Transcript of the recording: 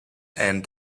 and